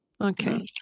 Okay